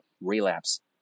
relapse